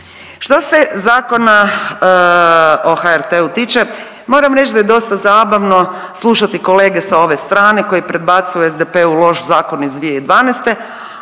Što se Zakona o HRT-u tiče moram reći da je dosta zabavno slušati kolege sa ove strane koji predbacuju SDP-u loš zakon iz 2012.,